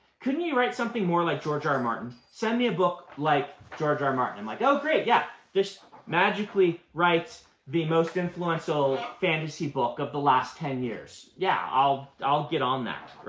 couldn't you write something more like george r. martin. send me a book like george r. martin. like, oh, great, yeah. just magically write the most influential fantasy book of the last ten years. yeah, i'll i'll get on that.